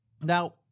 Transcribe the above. Now